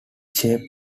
shape